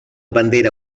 bandera